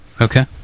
Okay